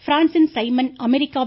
பிரான்சின் சைமன் அமெரிக்காவின்